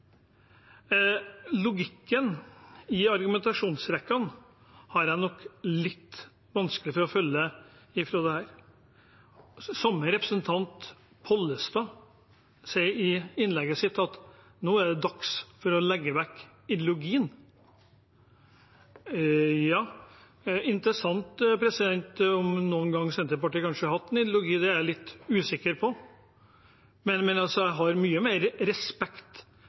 Logikken i argumentasjonsrekkene har jeg litt vanskelig for å følge. Den samme representant Pollestad sier i innlegget sitt at nå er det dags for å legge vekk idelogien. Ja, det er interessant om Senterpartiet noen gang har hatt en ideologi – det er jeg litt usikker på. Jeg har mye mer respekt